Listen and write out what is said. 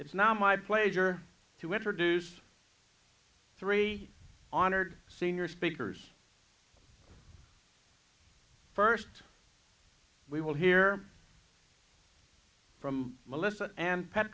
its now my pleasure to introduce three honored senior speakers first we will hear from melissa and pet